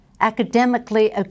academically